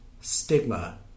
stigma